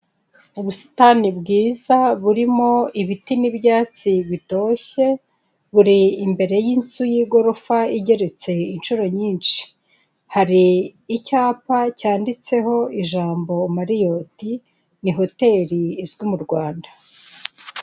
Ubusitani bwiza burimo ibiti n'ibyatsi bitoshye buri imbere y’inzu y'igorofa igeretse inshuro nyinshi. Hari icyapa cyanditseho ijambo "Mariyoti" ni hoteli izwi mu Rwanda.